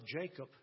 Jacob